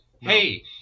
hey